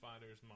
Fighters